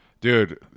Dude